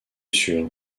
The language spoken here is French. sûr